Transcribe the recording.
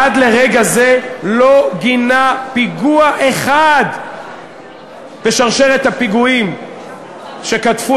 עד לרגע זה לא גינה פיגוע אחד בשרשרת הפיגועים שקטפו